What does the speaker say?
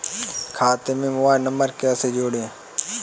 खाते से mobile number कैसे जोड़ें?